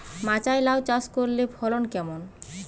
মাচায় লাউ চাষ করলে ফলন কেমন?